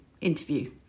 interview